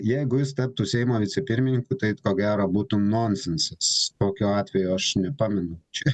jeigu jis taptų seimo vicepirmininku tai ko gero būtų nonsensas tokio atvejo aš nepamenu čia